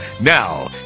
Now